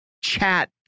chat